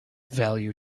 value